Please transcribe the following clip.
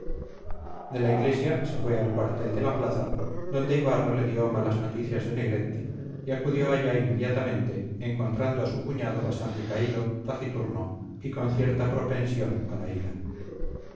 de la iglesia se fue al cuartel de la plaza donde ibarra le dio malas noticias de negretti y acudió allá inmediatamente encontrando a su cuñado bastante caído taciturno y con cierta propensión a la ira